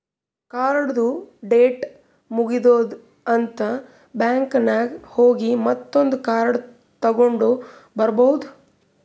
ಕಾರ್ಡ್ದು ಡೇಟ್ ಮುಗದೂದ್ ಅಂತ್ ಬ್ಯಾಂಕ್ ನಾಗ್ ಹೋಗಿ ಮತ್ತೊಂದ್ ಕಾರ್ಡ್ ತಗೊಂಡ್ ಬರ್ಬಹುದ್